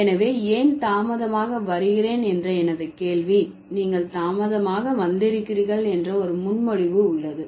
எனவே ஏன் தாமதமாக வருகிறேன் என்ற எனது கேள்வி நீங்கள் தாமதமாக வந்திருக்கிறீர்கள் என்ற ஒரு முன்மொழிவு உள்ளது